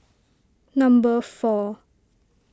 number four